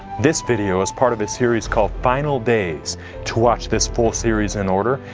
this video is part of a series call final days to watch this full series in order,